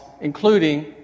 including